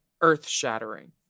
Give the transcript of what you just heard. Earth-shattering